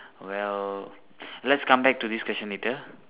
well let's come back to this question later